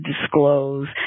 disclose